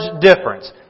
difference